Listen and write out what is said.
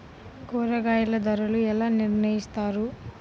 కూరగాయల ధరలు ఎలా నిర్ణయిస్తారు?